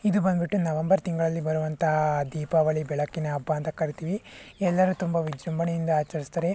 ಇದು ಬಂದ್ಬಿಟ್ಟು ನವಂಬರ್ ತಿಂಗಳಲ್ಲಿ ಬರುವಂಥ ದೀಪಾವಳಿ ಬೆಳಕಿನ ಹಬ್ಬ ಅಂತ ಕರಿತೀವಿ ಎಲ್ಲರೂ ತುಂಬ ವಿಜೃಂಭಣೆಯಿಂದ ಆಚರಿಸ್ತಾರೆ